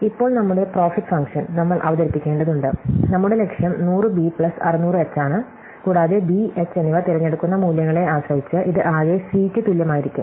ഇപ്പോൾ നമ്മുടെ profit function നമ്മൾ അവതരിപ്പിക്കേണ്ടതുണ്ട് നമ്മുടെ ലക്ഷ്യം 100 ബി പ്ലസ് 600 എച്ച് ആണ് കൂടാതെ ബി എച്ച് എന്നിവ തിരഞ്ഞെടുക്കുന്ന മൂല്യങ്ങളെ ആശ്രയിച്ച് ഇത് ആകെ സി ക്ക് തുല്യമായിരിക്കും